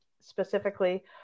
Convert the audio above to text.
specifically